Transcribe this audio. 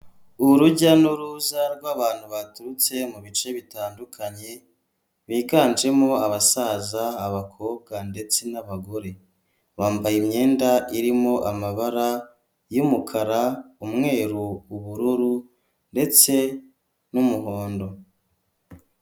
Urujya n'uruza rw'abantu baturutse mu bice bitandukanye, biganjemo abasaza abakobwa ndetse n'abagore, bambaye imyenda irimo amabara y'umukara umweru ubururu ndetse n'umuhondo.